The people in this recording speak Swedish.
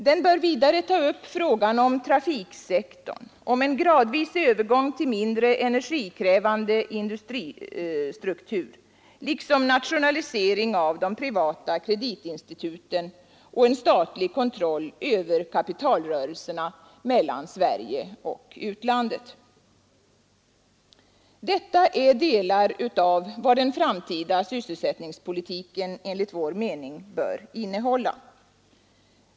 Den bör vidare ta upp trafiksektorn, en gradvis övergång till mindre energikrävande industristruktur liksom nationaliseringen av de privata kreditinstituten och en statlig kontroll över kapitalrörelserna mellan Sverige och utlandet. Detta är delar av vad den framtida sysselsättningspolitiken bör innehålla.